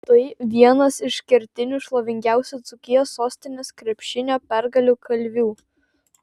tai vienas iš kertinių šlovingiausių dzūkijos sostinės krepšinio pergalių kalvių